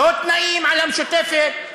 על המשותפת,